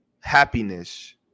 happiness